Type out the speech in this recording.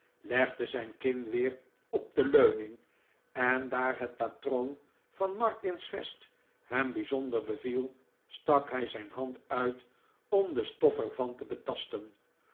legde zijn kin weer op de leuning en daar het patroon van martin's vest hem bijzonder beviel stak hij zijn hand uit om de stof er van te betasten